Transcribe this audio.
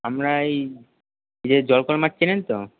আমরা এই জলকলের মাঠ চেনেন তো